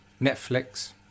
Netflix